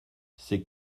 c’est